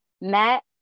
met